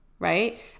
right